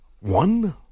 One